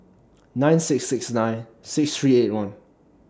nine six six nine six three eight one